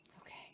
Okay